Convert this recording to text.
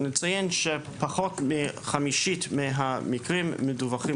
נציין שפחות מחמישית מהמקרים מדווחים